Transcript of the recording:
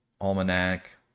almanac